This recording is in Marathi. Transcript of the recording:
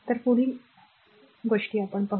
तर पुढील एक नजर